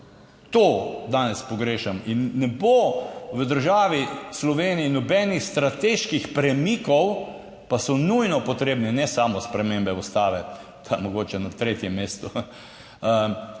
To danes pogrešam in ne bo v državi Sloveniji nobenih strateških premikov, pa so nujno potrebni ne samo spremembe Ustave, ta je mogoče na tretjem mestu,